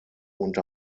unter